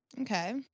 Okay